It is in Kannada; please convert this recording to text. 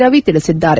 ರವಿ ತಿಳಿಸಿದ್ದಾರೆ